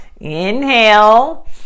inhale